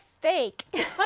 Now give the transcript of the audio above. fake